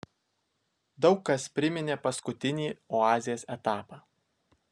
daug kas priminė paskutinį oazės etapą